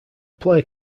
player